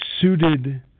suited